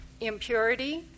impurity